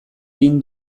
egin